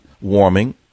warming